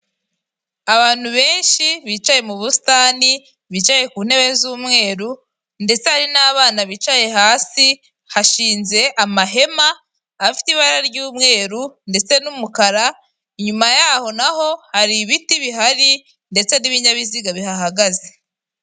Abantu benshi bicaye mu busitani, bicaye ku ntebe z'umweru ndetse hari n'abana bicaye hasi, hashinze amahema afite ibara ry'umweru ndetse n'umukara, inyuma yaho naho hari ibiti bihari ndetse n'ibinyabiziga bihahagaze.